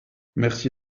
merci